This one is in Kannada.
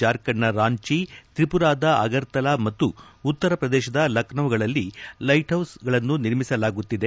ಜಾರ್ಖಂಡ್ನ ರಾಂಚಿ ತ್ರಿಪುರಾದ ಅಗರ್ತಲಾ ಮತ್ತು ಉತ್ತರ ಪ್ರದೇಶದ ಲಕ್ನೋ ಗಳಲ್ಲಿ ಲೈಟ್ ಹೌಸ್ ಗಳನ್ನು ನಿರ್ಮಿಸಲಾಗುತ್ತಿದೆ